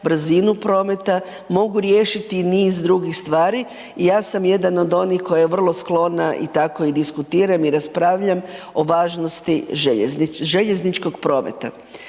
brzinu prometa, mogu riješiti i niz drugih stvari i ja sam jedan od onih koja je vrlo sklona i tako i diskutiram i raspravljam o važnosti željezničkog prometa.